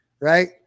Right